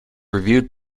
reviewed